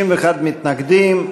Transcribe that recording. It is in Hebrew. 61 מתנגדים.